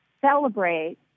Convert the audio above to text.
celebrate